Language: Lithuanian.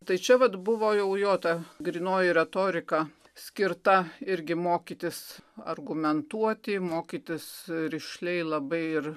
tai čia vat buvo jau jo ta grynoji retorika skirta irgi mokytis argumentuoti mokytis rišliai labai ir